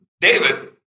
David